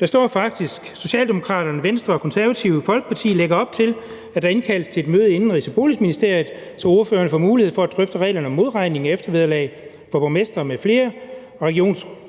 Der står faktisk: »S, V og KF lægger op til, at der indkaldes til et møde i Indenrigs- og Boligministeriet, så ordførerne får mulighed for at drøfte reglerne om modregning af eftervederlag for borgmestre m.fl. og regionsrådsformænd